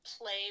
play